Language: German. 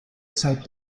zeit